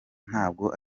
ntabwo